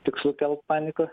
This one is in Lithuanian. tikslu kelt paniką